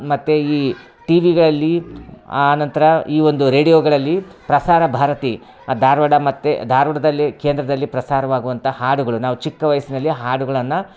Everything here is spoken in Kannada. ಮತ್ತು ಈ ಟಿ ವಿಗಳಲ್ಲಿ ಆ ನಂತರ ಈ ಒಂದು ರೇಡಿಯೋಗಳಲ್ಲಿ ಪ್ರಸಾರಭಾರತಿ ಧಾರವಾಡ ಮತ್ತು ಧಾರವಾಡದಲ್ಲಿ ಕೇಂದ್ರದಲ್ಲಿ ಪ್ರಸಾರವಾಗುವಂಥ ಹಾಡುಗಳು ನಾವು ಚಿಕ್ಕ ವಯಸ್ಸಿನಲ್ಲಿ ಹಾಡುಗಳನ್ನು